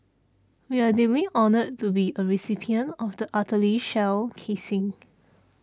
we are deeply honoured to be a recipient of the artillery shell casing